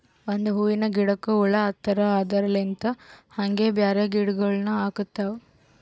ಒಂದ್ ಹೂವಿನ ಗಿಡಕ್ ಹುಳ ಹತ್ತರ್ ಅದರಲ್ಲಿಂತ್ ಹಂಗೆ ಬ್ಯಾರೆ ಗಿಡಗೋಳಿಗ್ನು ಹತ್ಕೊತಾವ್